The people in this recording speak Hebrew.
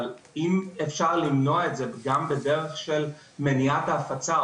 אבל אם אפשר למנוע את זה גם בדרך של מניעת ההפצה,